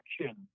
Action